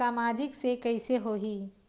सामाजिक से कइसे होही?